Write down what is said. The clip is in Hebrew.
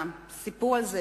הסיפור הזה,